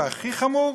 והכי חמור,